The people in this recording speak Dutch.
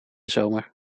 zomer